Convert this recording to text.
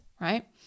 right